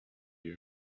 you